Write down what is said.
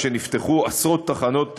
שנפתחו עשרות תחנות משטרה,